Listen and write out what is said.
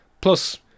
Plus